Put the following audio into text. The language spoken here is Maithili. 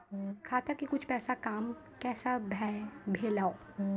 खाता के कुछ पैसा काम कैसा भेलौ?